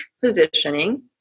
positioning